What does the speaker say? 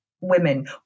women